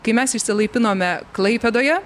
kai mes išsilaipinome klaipėdoje